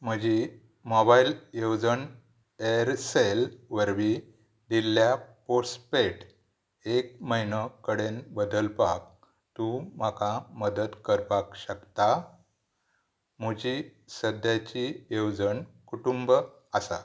म्हजी मोबायल येवजण एरसेल वरवीं दिल्ल्या पोस्पेड एक म्हयनो कडेन बदलपाक तूं म्हाका मदत करपाक शकता म्हजी सद्याची येवजण कुटुंब आसा